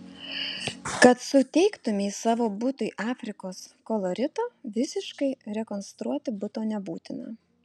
kad suteiktumei savo butui afrikos kolorito visiškai rekonstruoti buto nebūtina